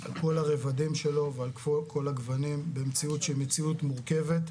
על כל הרבדים שלו במציאות שהיא מציאות מורכבת.